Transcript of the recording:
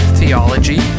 theology